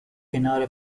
کنار